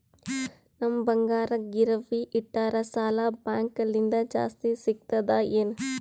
ನಮ್ ಬಂಗಾರ ಗಿರವಿ ಇಟ್ಟರ ಸಾಲ ಬ್ಯಾಂಕ ಲಿಂದ ಜಾಸ್ತಿ ಸಿಗ್ತದಾ ಏನ್?